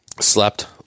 slept